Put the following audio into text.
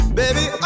baby